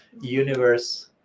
universe